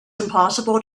impossible